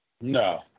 No